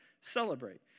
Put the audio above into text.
celebrate